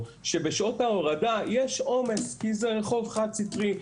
בית ספר שהבן שלי לומד בו שבשעות ההורדה יש עומס כי זה רחוב חד סטרי.